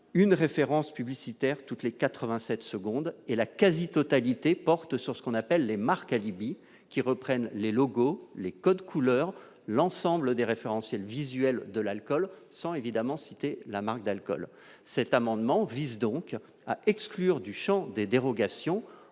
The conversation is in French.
une référence publicitaire toutes les 87 secondes et la quasi-totalité, porte sur ce qu'on appelle les marques alibi qui reprennent les logos, les codes couleurs, l'ensemble des référentiels visuelle de l'alcool, sans évidemment citer la marque d'alcool, cet amendement vise donc à exclure du Champ des dérogations